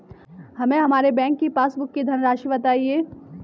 हमें हमारे बैंक की पासबुक की धन राशि बताइए